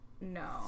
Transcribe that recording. no